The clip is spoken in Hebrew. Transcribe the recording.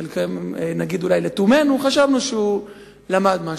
חלקנו נגיד אולי לתומנו, חשבנו שהוא למד משהו.